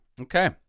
okay